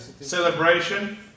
celebration